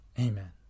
Amen